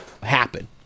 happen